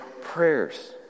prayers